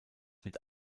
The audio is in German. mit